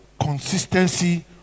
Consistency